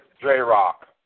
J-Rock